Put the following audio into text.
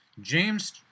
James